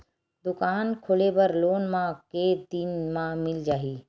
दुकान खोले बर लोन मा के दिन मा मिल जाही?